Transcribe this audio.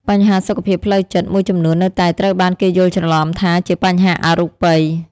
បញ្ហាសុខភាពផ្លូវចិត្តមួយចំនួននៅតែត្រូវបានគេយល់ច្រឡំថាជាបញ្ហាអរូបី។